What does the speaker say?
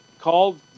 called